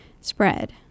spread